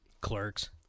clerks